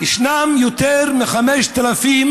יש יותר מ-5,000